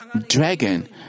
dragon